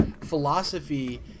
philosophy